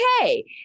okay